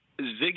Ziggy